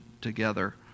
together